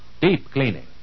deep-cleaning